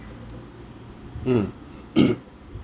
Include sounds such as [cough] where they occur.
mm [coughs]